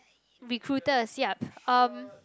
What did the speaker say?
recruiters yup um